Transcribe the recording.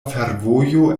fervojo